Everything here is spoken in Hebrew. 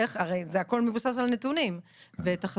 הרי זה הכול מבוסס על נתונים ותחזיות.